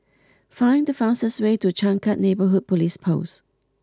find the fastest way to Changkat Neighbourhood Police Post